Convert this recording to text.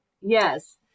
Yes